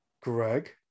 Greg